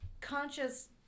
conscious